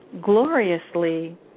gloriously